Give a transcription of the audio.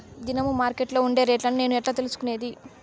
దినము మార్కెట్లో ఉండే రేట్లని నేను ఎట్లా తెలుసుకునేది?